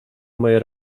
moje